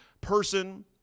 person